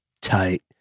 Tight